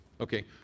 okay